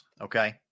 Okay